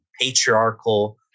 patriarchal